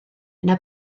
yna